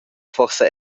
forsa